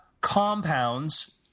compounds